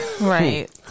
Right